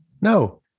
No